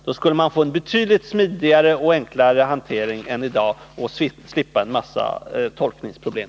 Då skulle man få en betydligt smidigare och enklare hantering än i dag och slippa en mängd tolkningsproblem.